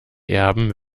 erben